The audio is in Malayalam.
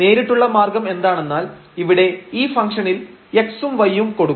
നേരിട്ടുള്ള മാർഗ്ഗം എന്താണെന്നാൽ ഇവിടെ ഈ ഫംഗ്ഷനിൽ x ഉം y ഉം കൊടുക്കും